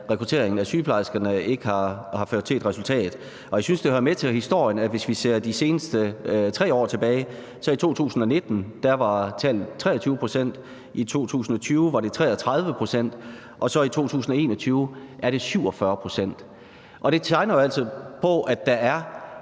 rekrutteringerne af sygeplejersker ikke har ført til et resultat. Jeg synes, det hører med til historien, at hvis vi ser de seneste 3 år tilbage, var tallet i 2019 23 pct., i 2020 var det 33 pct., og så i 2021 er det 47 pct. Det tyder jo altså på, at der er